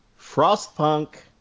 Frostpunk